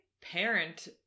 parent